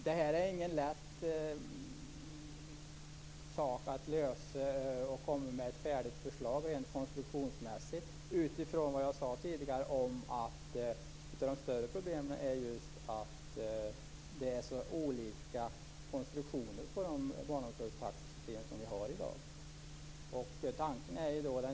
Detta är ingen lätt sak att lösa och att komma med ett färdigt förslag till. Jag sade tidigare att ett av de större problemen är att de taxesystem för barnomsorgen som finns är så olika konstruerade.